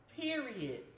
period